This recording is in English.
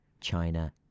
China